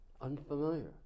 Unfamiliar